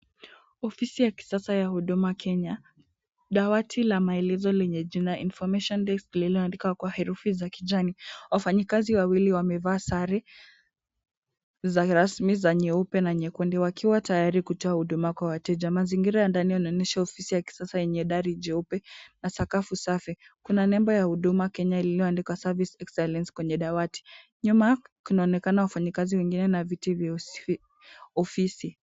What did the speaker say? Ofisi ya kisasa ya Huduma Kenya, dawati la maelezo lenye jina Information desk liloandikwa kwa herufi za kijani . Wafanyikazi wawili wamevaa sare rasmi za nyeupe na nyekundu wakiwa tayari kutoa huduma kwa wateja. Mazingira ya ndani yanaonyesha ofisi ya kisasa yenye dari jeupe na sakafu safi. Kuna nembo ya Huduma Kenya liloandikwa service excellence kwenye dawati . Nyuma kunaonekana wafanyikazi wengine na viti vya ofisi.